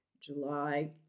July